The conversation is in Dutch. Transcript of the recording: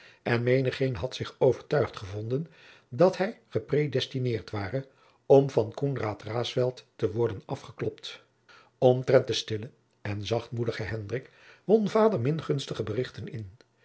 en menigeen had zich overtuigd gevonden dat hij gepraedestineerd ware om van koenraad raesfelt te worden afgeklopt omtrent den stillen en zachtmoedigen hendrik won vader min gunstige berichten in